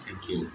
thank you